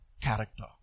character